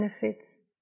benefits